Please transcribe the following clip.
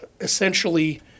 essentially